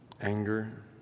Anger